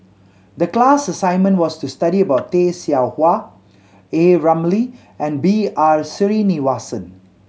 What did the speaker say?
the class assignment was to study about Tay Seow Huah A Ramli and B R Sreenivasan